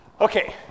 Okay